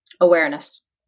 Awareness